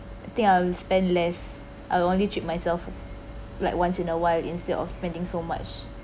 I think I will spend less I’ll only treat myself like once in a while instead of spending so much